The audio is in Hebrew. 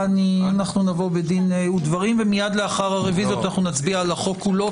נבוא בדין ודברים ומיד לאחר הרביזיות אנחנו נצביע על החוק כולו.